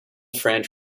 french